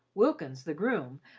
wilkins, the groom,